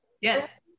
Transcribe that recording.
Yes